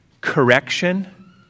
correction